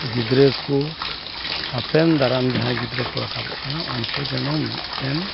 ᱜᱤᱫᱽᱨᱟᱹᱠᱩ ᱦᱟᱯᱮᱱ ᱫᱟᱨᱟᱢ ᱡᱟᱦᱟᱸᱭ ᱜᱤᱫᱽᱨᱟᱹᱠᱩ ᱨᱟᱠᱟᱵᱚᱜ ᱠᱟᱱᱟ ᱩᱱᱠᱩ ᱡᱮᱱᱚ ᱢᱤᱫᱴᱮᱱ